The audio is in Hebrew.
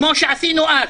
כמו שעשינו אז,